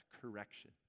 correction